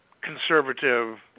conservative